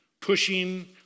pushing